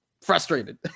frustrated